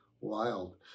Wild